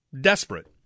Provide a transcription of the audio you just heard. desperate